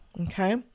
Okay